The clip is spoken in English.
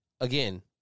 Again